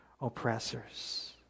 oppressors